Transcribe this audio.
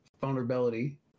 vulnerability